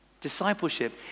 discipleship